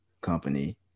company